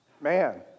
Man